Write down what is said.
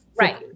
Right